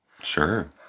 sure